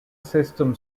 system